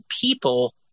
people